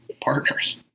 partners